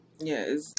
Yes